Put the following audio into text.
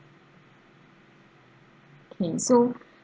okay so